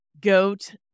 goat